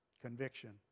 conviction